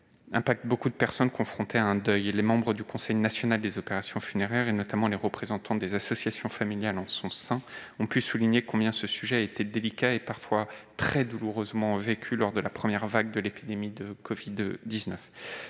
touche nombre de personnes confrontées à un deuil. Les membres du Conseil national des opérations funéraires, notamment les représentants des associations familiales, ont souligné combien ce sujet est délicat et combien il a pu être très douloureusement vécu lors de la première vague de l'épidémie de covid-19.